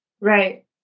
right